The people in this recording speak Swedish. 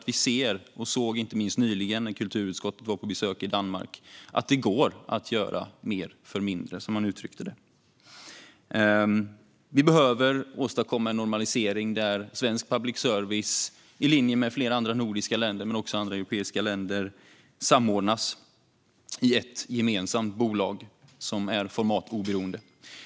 Vi ser - inte minst såg vi det nyligen när kulturutskottet var på besök i Danmark - att det går att göra mer för mindre, som man uttryckte det. Vi behöver åstadkomma en normalisering där svensk public service i linje med flera andra nordiska länder och europeiska länder samordnas i ett gemensamt bolag som är formellt oberoende.